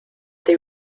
they